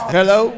Hello